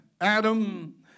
Adam